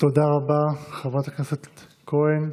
תודה רבה, חברת הכנסת כהן.